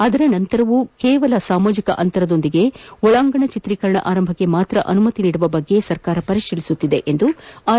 ಅದರ ನಂತರವೂ ಕೇವಲ ಸಾಮಾಜಿಕ ಅಂತರದೊಂದಿಗೆ ಒಳಾಂಗಣ ಚಿತ್ರೀಕರಣ ಆರಂಭಕ್ಷೆ ಮಾತ್ರ ಅನುಮತಿ ನೀಡುವ ಬಗ್ಗೆ ಸರ್ಕಾರ ಪರಿಶೀಲಿಸುತ್ತಿದೆ ಎಂದು ಆರ್